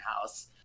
house